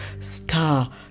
star